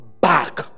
back